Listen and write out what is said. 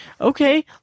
okay